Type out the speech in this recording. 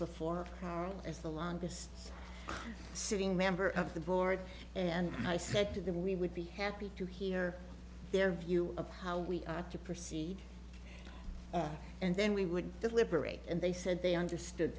before as the longest sitting member of the board and i said to them we would be happy to hear their view of how we are to proceed and then we would deliberate and they said they understood